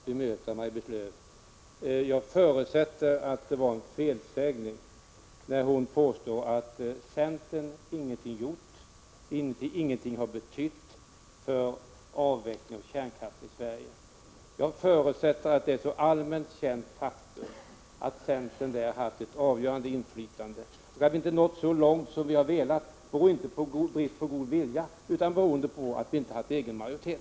Herr talman! Jag vill bara på en enda punkt bemöta Maj-Lis Lööws inlägg. Jag förutsätter att det var en felsägning när hon påstår att centern ingenting gjort och ingenting betytt för avvecklingen av kärnkraften i Sverige. Jag förutsätter att det är ett allmänt känt faktum att centern har haft ett avgörande inflytande. Att vi inte nådde så långt som vi hade velat berodde inte på brist på god vilja utan på att vi inte hade egen majoritet.